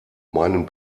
meinen